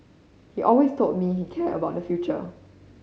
he always told me care about the future